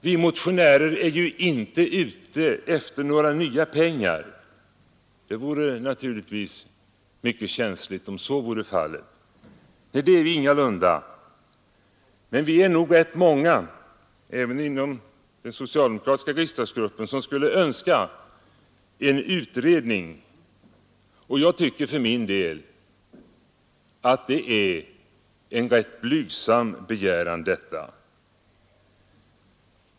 Vi motionärer är ju inte ute efter några nya pengar — det vore naturligtvis mycket känsligt om så vore fallet — men vi är nog rätt många även inom den socialdemokratiska riksdagsgruppen som skulle önska en utredning, och jag tycker för min del att det är en rätt blygsam begäran.